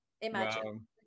Imagine